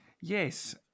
Yes